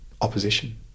opposition